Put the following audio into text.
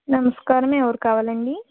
నమస్కారం ఎవరు కావాలండి